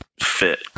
fit